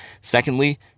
Secondly